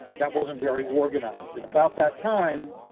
that wasn't very organized, and about that time,